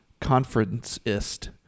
conferenceist